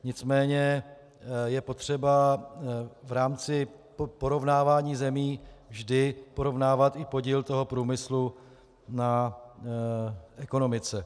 Nicméně je potřeba v rámci porovnávání zemí vždy porovnávat i podíl průmyslu na ekonomice.